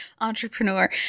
entrepreneur